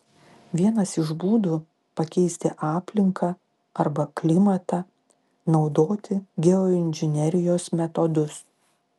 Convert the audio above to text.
vienas iš būdų pakeisti aplinką arba klimatą naudoti geoinžinerijos metodus